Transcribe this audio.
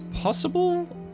possible